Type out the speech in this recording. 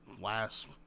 last